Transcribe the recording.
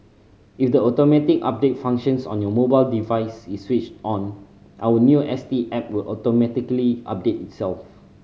if the automatic update functions on your mobile device is switched on our new S T app will automatically update itself